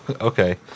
Okay